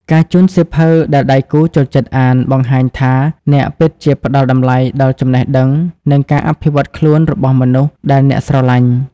ការជូនសៀវភៅដែលដៃគូចូលចិត្តអាន បង្ហាញថាអ្នកពិតជាផ្ដល់តម្លៃដល់ចំណេះដឹង និងការអភិវឌ្ឍខ្លួនរបស់មនុស្សដែលអ្នកស្រឡាញ់។